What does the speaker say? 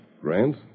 Grant